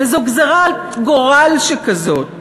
וזו גזירת גורל שכזאת,